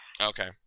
Okay